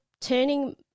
turning